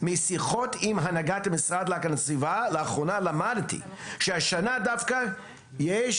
משיחות עם הנהגת המשרד להגנת הסביבה למדתי לאחרונה שהשנה יש בקשה